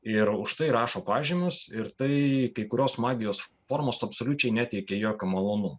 ir už tai rašo pažymius ir tai kai kurios magijos formos absoliučiai neteikia jokio malonumo